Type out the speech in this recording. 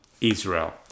Israel